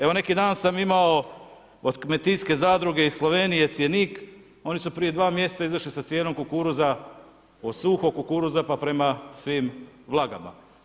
Evo, neki dan sam imao od kmetinske zadruge i Slovenije cjenik, oni su prije 2 mj. izašli sa cijenom kukuruza, od suhog kukuruza pa prema svim vlagama.